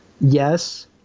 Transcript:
Yes